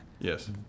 Yes